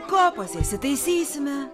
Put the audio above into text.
kopose įsitaisysime